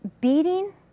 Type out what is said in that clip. beating